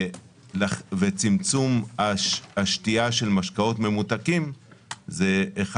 וצמצום השתייה של משקאות ממותקים הוא אחד